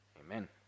Amen